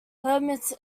hermits